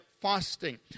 fasting